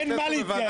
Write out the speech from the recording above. אין מה להתייעץ.